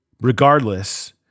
Regardless